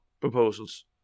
proposals